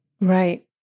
Right